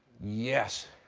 yes.